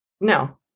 No